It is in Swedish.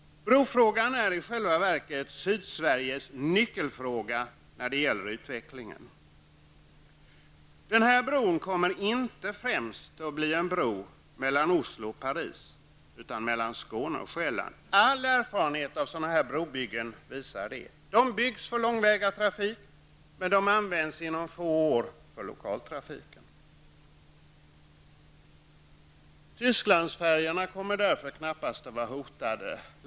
Bron är i själva verket Sydsveriges nyckelfråga när det gäller utvecklingen. Bron kommer inte främst att vara en bro mellan Oslo och Paris, utan mellan Skåne och Sjælland. All erfarenhet av sådana brobyggen visar på det. Broarna byggs för långväga trafik, men de används inom få år av den lokala trafiken. Tysklandsfärjorna kommer därför knappast att vara hotade.